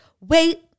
Wait